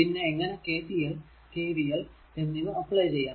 പിന്നെ എങ്ങനെ KCL KVL എന്നിവ അപ്ലൈ ചെയ്യാം